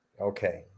Okay